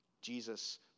Jesus